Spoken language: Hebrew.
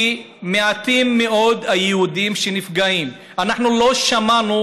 כי מעטים מאוד היהודים שנפגעים: אנחנו לא שמענו